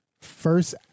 first